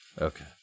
Okay